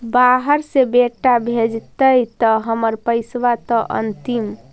बाहर से बेटा भेजतय त हमर पैसाबा त अंतिम?